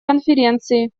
конференции